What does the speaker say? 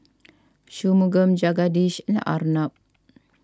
Shunmugam Jagadish and Arnab